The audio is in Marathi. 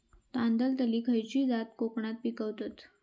तांदलतली खयची जात कोकणात पिकवतत?